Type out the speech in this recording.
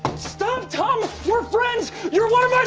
stop, tom! we're friends! you're one of my